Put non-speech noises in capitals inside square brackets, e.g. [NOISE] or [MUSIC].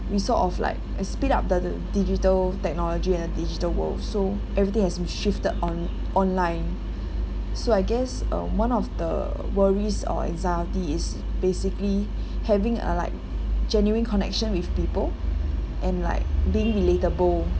we sort of like a speed up the the digital technology and a digital world so everything has been shifted on online so I guess um one of the worries or anxiety is basically [BREATH] having a like genuine connection with people and like being relatable